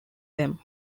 them